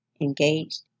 engaged